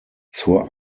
zur